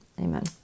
Amen